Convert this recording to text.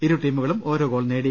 ഇരുടീമു കളും ഓരോ ഗോൾ നേടി